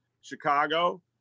Chicago